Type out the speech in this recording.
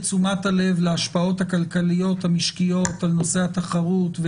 תשומת הלב להשפעות הכלכליות המשקיות על נושא התחרות,